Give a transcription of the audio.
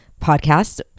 podcast